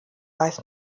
weiß